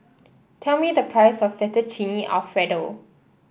tell me the price of Fettuccine Alfredo